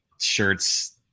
shirts